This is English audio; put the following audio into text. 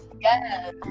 Yes